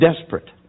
desperate